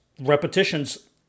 repetitions